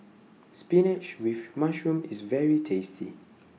Spinach with Mushroom IS very tasty